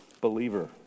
believer